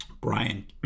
Brian